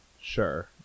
Sure